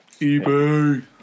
Ebay